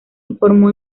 informó